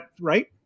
right